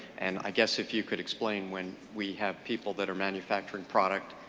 and i guess if you could explain when we have people that are manufacturing product,